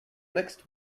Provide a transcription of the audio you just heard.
next